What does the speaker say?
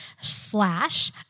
slash